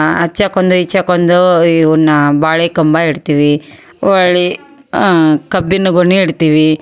ಅಚೇಗ್ ಒಂದು ಇಚೇಗ್ ಒಂದು ಇವನ್ನ ಬಾಳೆ ಕಂಬ ಇಡ್ತೀವಿ ಹೊರ್ಳಿ ಕಬ್ಬಿನ ಗೊನೆ ಇಡ್ತೀವಿ